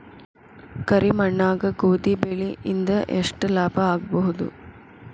ಕರಿ ಮಣ್ಣಾಗ ಗೋಧಿ ಬೆಳಿ ಇಂದ ಎಷ್ಟ ಲಾಭ ಆಗಬಹುದ?